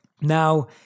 Now